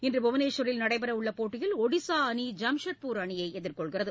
இன்று புவனேஷ்வரில் நடைபெறவுள்ள போட்டியில் ஒடிசா அணி ஜாம்ஷெட்பூர் அணியை எதிர்கொள்கிறது